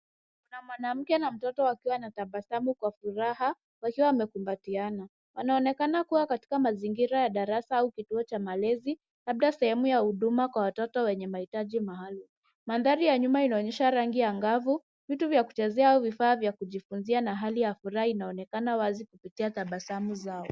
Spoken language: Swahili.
Kuna mwanamke na mtoto wakiwa wanatabasamu kwa furaha, wakiwa wamekumbatiana. Wanaonekana kuwa katika mazingira ya darasa au kituo cha malezi. Labda sehemu ya huduma kwa watoto wenye mahitaji maalum. Mandhari ya nyuma inaonyesha rangi angavu. Vitu vya kuchezea au vifaa vya kujifunzia na hali ya furaha inaonekana wazi kupitia tabasamu zao.